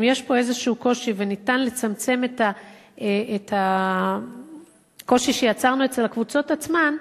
אם יש פה איזשהו קושי וניתן לצמצם את הקושי שיצרנו אצל הקבוצות עצמן,